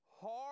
hard